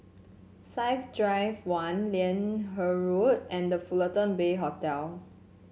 Science Drive One Liane Road and The Fullerton Bay Hotel